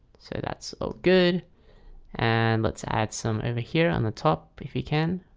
so that's all good and let's add some over here on the top if you can